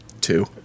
two